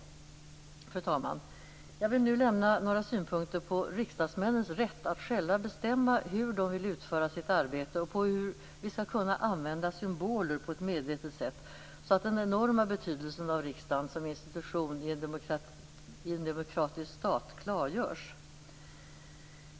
Fru talman! Jag vill nu lämna några synpunkter på riksdagsmännens rätt att själva bestämma hur de vill utföra sitt arbete och hur de skall kunna använda symboler på ett medvetet sätt så att den enorma betydelsen av riksdagen som institution i en demokratisk stat klargörs.